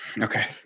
Okay